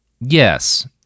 Yes